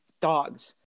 dogs